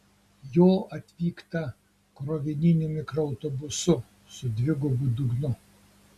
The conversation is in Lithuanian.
jo atvykta krovininiu mikroautobusu su dvigubu dugnu